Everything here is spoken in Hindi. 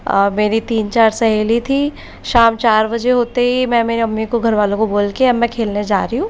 मेरी तीन चार सहेली थी शाम चार बजे होते ही मैं मेरी अम्मी को घरवालों को बोल कर अब मैं खेलने जा रही हूँ